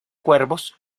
cuervos